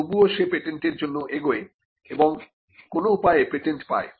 তবুও সে পেটেন্টের জন্য এগোয় এবং কোন উপায়ে পেটেন্ট পায়